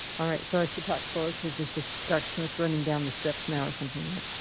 alright, so i should talk slow cause mr so doctor smith running down the steps now or something, right?